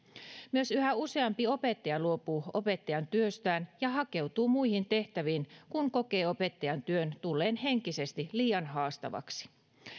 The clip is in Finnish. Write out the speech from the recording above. myös yhä useampi opettaja luopuu opettajan työstään ja hakeutuu muihin tehtäviin kun kokee opettajan työn tulleen henkisesti liian haastavaksi